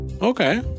Okay